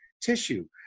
tissue